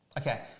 okay